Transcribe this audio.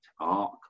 arc